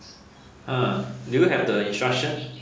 !huh! do you have the instruction